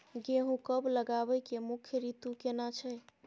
गेहूं कब लगाबै के मुख्य रीतु केना छै?